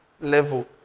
level